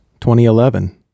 2011